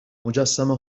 مجسمه